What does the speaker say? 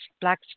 black